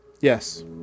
Yes